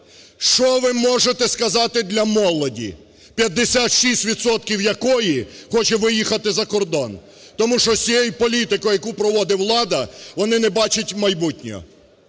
Що ви можете сказати для молоді, 56 відсотків хоче виїхати за кордон? Тому що з цією політикою, яку проводить влада, вони не бачать майбутнього.